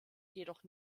jedoch